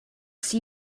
see